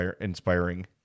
inspiring